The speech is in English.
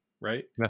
right